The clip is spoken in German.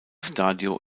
stadio